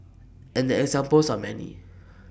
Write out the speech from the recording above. and the examples are many